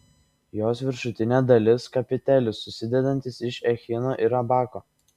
jos viršutinė dalis kapitelis susidedantis iš echino ir abako